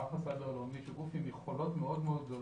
מערך הסייבר הלאומי שהוא גוף עם יכולות גדולות מאוד מאוד,